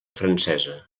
francesa